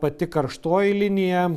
pati karštoji linija